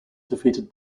defeated